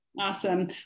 Awesome